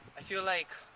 i feel like.